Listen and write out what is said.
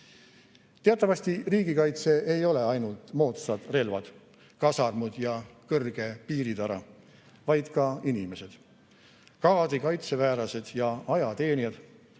visioon. Teatavasti, riigikaitse ei ole ainult moodsad relvad, kasarmud ja kõrge piiritara, vaid ka inimesed – kaadrikaitseväelased ja ajateenijad,